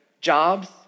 jobs